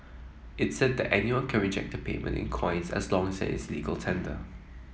it said that anyone can reject a payment in coins as long as is legal tender